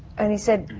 and he said,